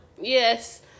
Yes